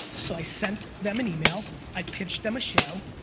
so i sent them an email, i pitched them a show,